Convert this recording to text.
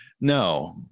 No